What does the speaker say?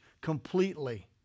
completely